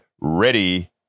ready